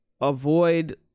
avoid